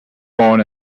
born